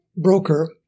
broker